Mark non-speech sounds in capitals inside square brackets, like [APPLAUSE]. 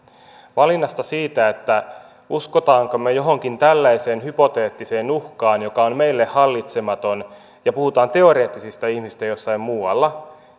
valinnasta siitä uskommeko me johonkin tällaiseen hypoteettiseen uhkaan joka on meille hallitsematon ja jossa puhutaan teoreettisista ihmisistä jossain muualla [UNINTELLIGIBLE]